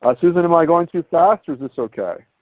but susan am i going too fast, or is this okay?